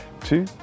two